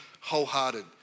wholehearted